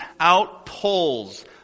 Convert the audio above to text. outpulls